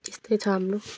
यस्तै छ हाम्रो